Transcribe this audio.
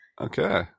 Okay